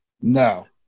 No